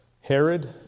Herod